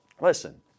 listen